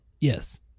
Yes